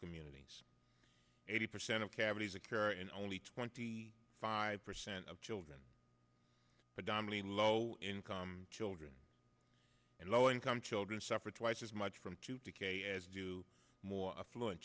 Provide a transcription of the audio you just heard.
communities eighty percent of cavities and care in only twenty five percent of children but dimly low income children and low income children suffer twice as much from to decay as do more affluent